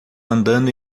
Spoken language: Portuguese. andando